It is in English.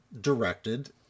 directed